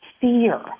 fear